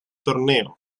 torneo